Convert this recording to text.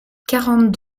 quarante